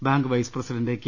bank vice president K